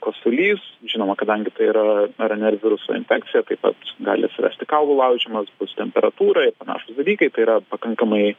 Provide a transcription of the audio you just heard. kosulys žinoma kadangi tai yra rnr viruso infekcija taip pat gali atsirasti kaulų laužymas bus temperatūra ir panašūs dalykai tai yra pakankamai